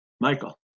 Michael